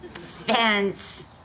Spence